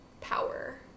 power